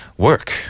Work